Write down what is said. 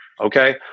Okay